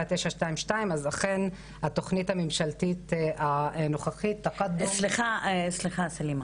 922 אז אכן התוכנית הממשלתית הנוכחית --- סליחה סלימה,